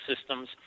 systems